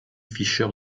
fischer